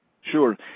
Sure